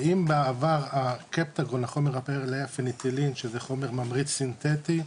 ואם בעבר בקפטגון החומר הרלוונטי זה חומר ממריץ סינתטי,